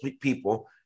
people